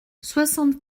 soixante